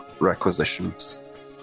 requisitions